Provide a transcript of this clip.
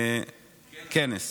כנס.